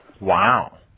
Wow